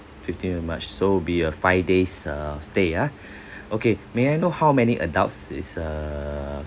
fifteen of march so will be a five days uh stay ah okay may I know how many adults is err